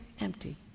empty